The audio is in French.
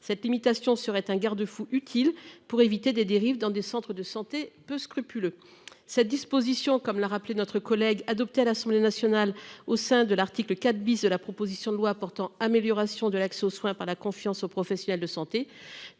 cette limitation serait un garde-fou utile pour éviter des dérives dans des centres de santé peu scrupuleux. Cette disposition, comme l'a rappelé notre collègue adopté à l'Assemblée nationale au sein de l'article 4 bis de la proposition de loi portant amélioration de l'accès aux soins par la confiance aux professionnels de santé